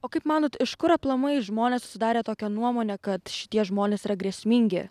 o kaip manot iš kur aplamai žmonės susidarė tokią nuomonę kad šitie žmonės yra grėsmingi